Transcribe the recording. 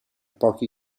pochi